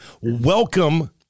welcome